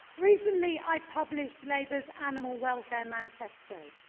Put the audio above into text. recently i published labour's animal welfare manifesto,